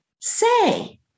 say